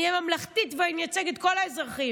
אני אהיה ממלכתית ואני אייצג את כל האזרחים.